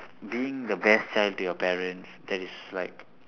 being the best child to your parents that is like